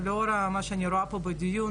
ולאור מה שאני רואה בדיון,